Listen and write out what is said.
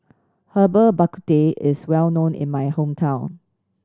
Herbal Bak Ku Teh is well known in my hometown